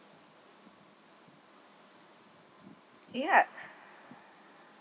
ya